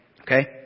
Okay